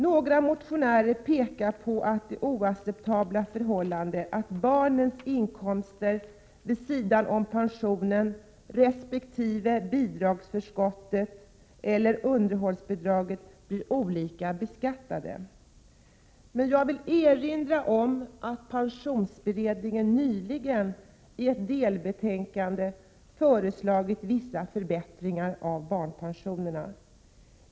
Vissa motionärer pekar på att det är oacceptabelt att barnens inkomster vid sidan om pensionen resp. bidragsförskottet eller underhållsbidraget blir olika beskattade. Jag vill erinra om att pensionsberedningen nyligen i ett delbetänkande föreslagit vissa förbättringar av barnpensionerna.